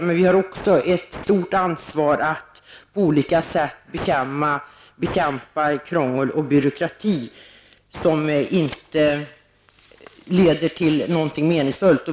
Men vi har också ett stort ansvar att på olika sätt bekämpa krångel och byråkrati som inte leder till någonting meningsfullt.